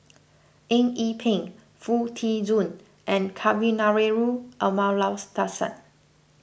Eng Yee Peng Foo Tee Jun and Kavignareru Amallathasan